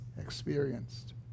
experienced